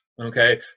Okay